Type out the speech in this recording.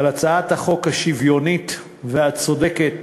על הצעת החוק השוויונית והצודקת